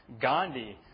Gandhi